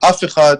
אף אחד,